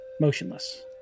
motionless